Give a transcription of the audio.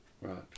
Right